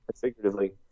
figuratively